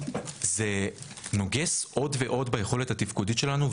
זה נוגש עוד ועוד ביכולת התפקודית שלנו,